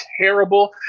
terrible